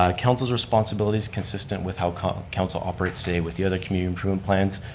um council's responsibility is consistent with how um council operates today with the other community improvement plans.